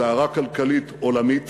סערה כלכלית עולמית